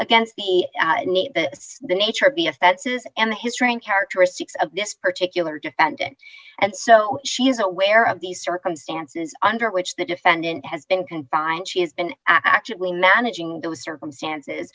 against the need but the nature of the offenses and the history and characteristics of this particular defendant and so she is aware of the circumstances under which the defendant has been confined she has been actively managing those circumstances